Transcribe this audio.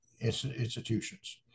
institutions